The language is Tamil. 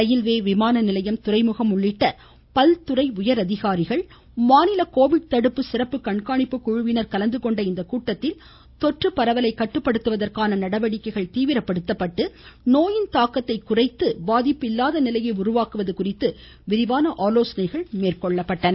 ரயில்வே விமானநிலையம் துறைமுகம் உள்ளிட்ட பல்துறை உயர் அதிகாரிகள் மாநில கோவிட் தடுப்பு சிறப்பு கண்காணிப்பு குழுவினர் கலந்து கொண்ட இக்கூட்டத்தில் தொற்றுப்பரவலை கட்டுப்படுத்துவதற்கான நடவடிக்கைகைள் தீவிரப்படுத்தி நோயின் தாக்கத்தை குறைத்து பாதிப்பு இல்லாத நிலையை உருவாக்குவது குறித்து விரிவான ஆலோசனைகள் மேற்கொள்ளப்பட்டன